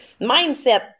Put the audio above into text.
mindset